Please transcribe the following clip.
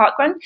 parkrun